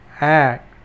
Act